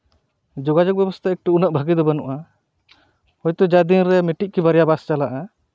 ᱡᱳᱜᱟᱡᱚᱜᱽ ᱵᱮᱵᱚᱥᱛᱷᱟ ᱮᱠᱴᱩ ᱩᱱᱟᱹᱜ ᱵᱷᱟᱹᱜᱤ ᱫᱚ ᱵᱟᱹᱱᱩᱜᱼᱟ ᱦᱚᱭᱛᱳ ᱡᱟ ᱫᱤᱱ ᱨᱮ ᱢᱤᱫᱴᱤᱡ ᱥᱮ ᱵᱟᱨᱭᱟ ᱵᱟᱥ ᱪᱟᱞᱟᱜᱼᱟ